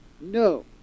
no